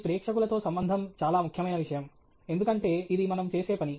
మీ ప్రేక్షకులతో సంబంధం చాలా ముఖ్యమైన విషయం ఎందుకంటే ఇది మనము చేసే పని